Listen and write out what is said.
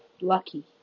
Lucky